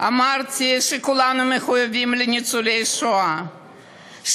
אמרתי שכולנו מחויבים לניצולי השואה,